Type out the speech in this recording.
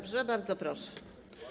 Bardzo proszę.